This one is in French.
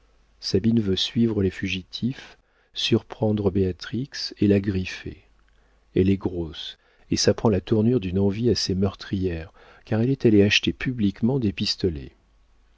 sabine veut suivre les fugitifs surprendre béatrix et la griffer elle est grosse et ça prend la tournure d'une envie assez meurtrière car elle est allée acheter publiquement des pistolets